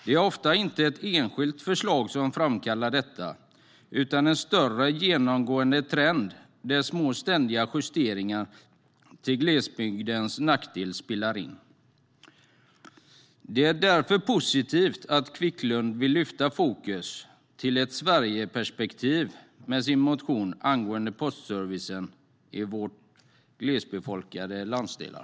Det är ofta inte ett enskilt förslag som framkallar denna känsla, utan det är fråga om en större genomgående trend där små ständiga justeringar till glesbygdens nackdel spelar in. Det är därför positivt att Quicklund vill lyfta fokus till ett Sverigeperspektiv med sin motion angående postservicen i våra glesbefolkade landsdelar.